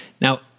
Now